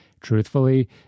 Truthfully